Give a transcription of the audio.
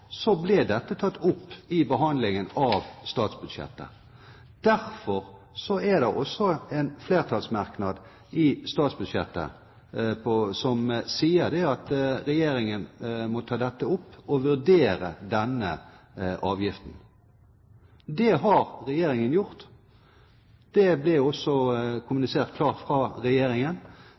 det også en flertallsmerknad i forbindelse med statsbudsjettet som sa at regjeringen må ta dette opp, og vurdere denne avgiften. Det har regjeringen gjort. Det ble også kommunisert klart fra regjeringen.